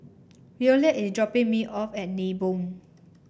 Williard is dropping me off at Nibong